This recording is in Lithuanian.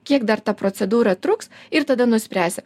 kiek dar ta procedūra truks ir tada nuspręsi